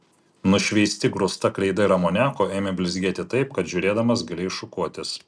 nušveisti grūsta kreida ir amoniaku ėmė blizgėti taip kad žiūrėdamas galėjai šukuotis